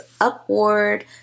upward